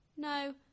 No